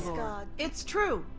it's true.